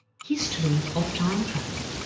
history of time travel